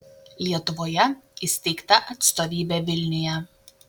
lietuvoje įsteigta atstovybė vilniuje